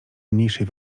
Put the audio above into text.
mniejszej